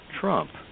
Trump